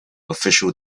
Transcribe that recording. official